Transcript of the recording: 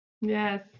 Yes